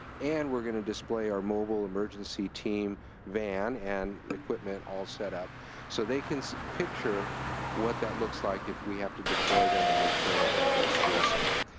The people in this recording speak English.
and we're gonna display our mobile emergency team van and equipment all set up so they can picture what that looks like if we have to deploy them and they show up at a school site.